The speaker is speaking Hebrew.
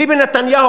ביבי נתניהו,